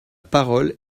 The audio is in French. parole